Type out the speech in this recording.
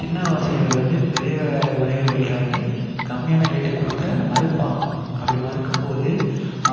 சின்ன விவசாயிகள் வந்து பெரிய வ வணிகர்கள்கிட்ட வந்து கம்மியான ரேட்டை கொடுக்க மறுப்பாங்க அப்படி மறுக்கும் போது